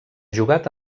jugat